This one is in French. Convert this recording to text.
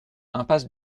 impasse